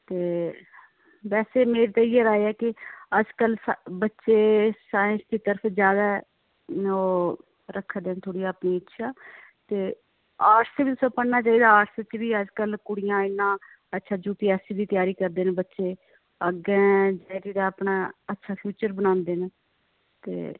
बस मेरी ते इयै राय ऐ की बस अस बच्चे साईंस दी तरफ जादै ओ ऱखदे न थोह्ड़ी अपनी इच्छा ते आर्टस बी पढ़ना चाहिदा आर्टस बिच बी कुड़ियां अज्जकल इन्ना अच्छा यूपीएससी दी त्यारी करदे न बच्चे ते अग्गें अपना अच्छा फ्यूचर बनांदे ते